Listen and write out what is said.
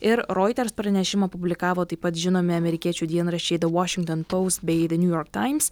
ir roiters pranešimą publikavo taip pat žinomi amerikiečių dienraščiai the washington post bei the new york times